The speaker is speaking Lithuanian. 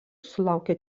sulaukė